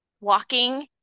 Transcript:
walking